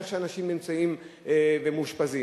איך אנשים נמצאים ומאושפזים.